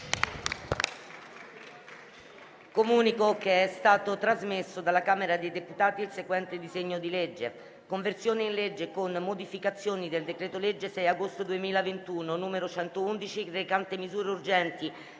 Comunico che è stato trasmesso dalla Camera dei deputati il seguente disegno di legge: «Conversione in legge, con modificazioni, del decreto-legge 6 agosto 2021, n. 111, recante misure urgenti